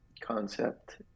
concept